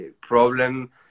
problem